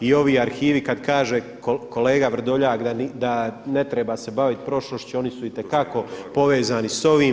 I ovi arhivi kada kaže kolega Vrdoljak da ne treba se baviti prošlošću oni su itekako povezani s ovim.